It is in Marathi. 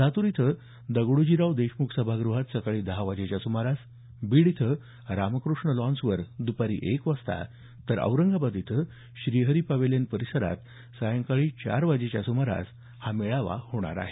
लातूर इथं दगडोजीराव देशमुख सभागृहात सकाळी दहा वाजेच्या सुमारास बीड इथं रामकृष्ण लॉन्सवर दुपारी एक वाजता तर औरंगाबाद इथं श्रीहरि पॅव्हेलियन परिसरात सायंकाळी चार वाजेच्या सुमारास हा मेळावा होणार आहे